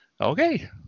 Okay